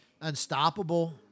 unstoppable